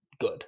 good